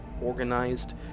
organized